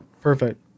perfect